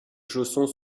chaussons